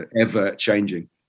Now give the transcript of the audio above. ever-changing